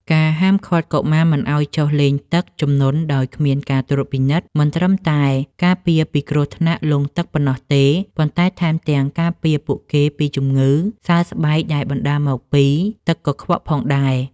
ការហាមឃាត់កុមារមិនឱ្យចុះលេងទឹកជំនន់ដោយគ្មានការត្រួតពិនិត្យ មិនត្រឹមតែការពារពីគ្រោះថ្នាក់លង់ទឹកប៉ុណ្ណោះទេ ប៉ុន្តែថែមទាំងការពារពួកគេពីជំងឺសើស្បែកដែលបណ្តាលមកពីទឹកកខ្វក់ផងដែរ។